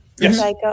Yes